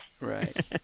Right